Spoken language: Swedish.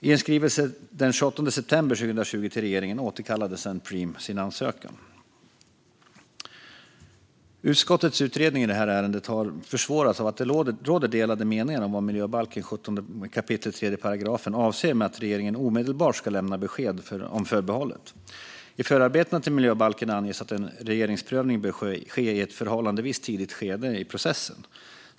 I en skrivelse den 28 september 2020 till regeringen återkallade sedan Preem sin ansökan. Utskottets utredning av det här ärendet har försvårats av att det råder delade meningar om vad 17 kap. 3 § miljöbalken avser med att regeringen omedelbart ska lämna besked om förbehållet. I förarbetena till miljöbalken anges att en regeringsprövning bör ske i ett förhållandevis tidigt skede i processen.